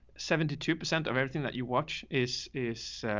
seventy two percent of everything that you watch is, is, ah,